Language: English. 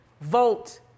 vote